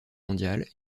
mondiale